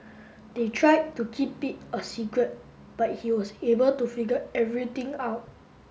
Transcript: they tried to keep it a secret but he was able to figure everything out